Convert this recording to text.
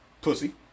Pussy